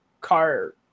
car